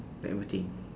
let me think